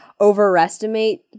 overestimate